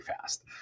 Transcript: fast